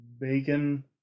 bacon